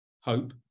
hope